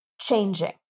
changing